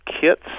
kits